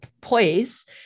place